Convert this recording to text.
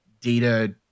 data